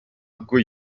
ubwo